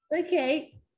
okay